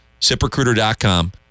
ZipRecruiter.com